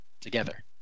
together